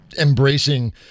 embracing